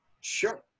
sure